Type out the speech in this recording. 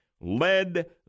Led